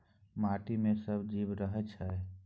माटि मे सब जीब रहय छै